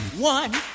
One